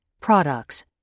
products